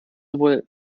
sowohl